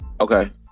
Okay